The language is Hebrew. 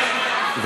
הצעת?